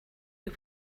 you